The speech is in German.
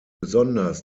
besonders